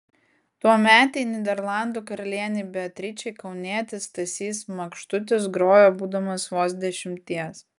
tuometei nyderlandų karalienei beatričei kaunietis stasys makštutis grojo būdamas vos dešimties